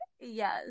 Yes